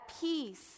peace